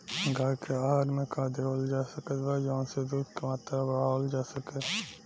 गाय के आहार मे का देवल जा सकत बा जवन से दूध के मात्रा बढ़ावल जा सके?